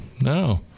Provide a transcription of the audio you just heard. No